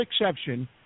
exception